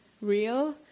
real